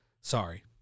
sorry